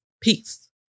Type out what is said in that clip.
Peace